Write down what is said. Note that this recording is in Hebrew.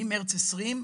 ממרץ 2020,